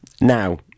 Now